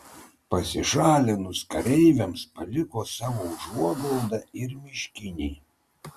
pasišalinus kareiviams paliko savo užuoglaudą ir miškiniai